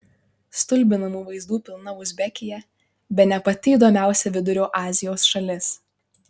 stulbinamų vaizdų pilna uzbekija bene pati įdomiausia vidurio azijos šalis